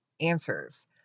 answers